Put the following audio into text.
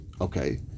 Okay